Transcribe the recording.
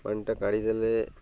ପଏଣ୍ଟ୍ଟା କାଢ଼ିଦେଲେ